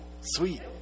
Sweet